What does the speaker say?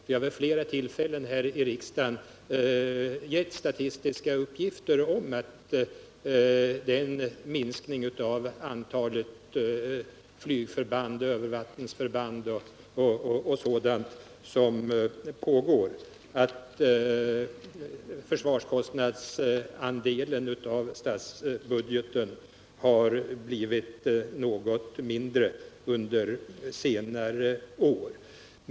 Jag har vid flera tillfällen här i riksdagen lämnat statistiska uppgifter som visat att vi har en pågående minskning av antalet flygförband, övervattensförband och sådant liksom att den andel av statsbudgeten som avser försvarskostnaderna har blivit något mindre under senare år.